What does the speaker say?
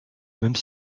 même